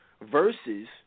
versus